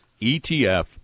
ETF